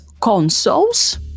Consoles